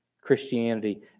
Christianity